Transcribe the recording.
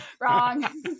Wrong